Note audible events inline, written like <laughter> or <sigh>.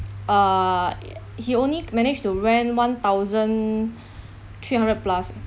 uh <noise> he only managed to rent one thousand three hundred plus